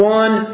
one